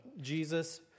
Jesus